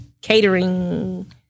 catering